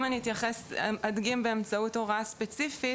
אם אני אדגים באמצעות הוראה ספציפית,